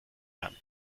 kann